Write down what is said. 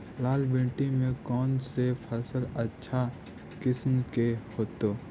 लाल मिट्टी में कौन से फसल अच्छा किस्म के होतै?